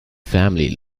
family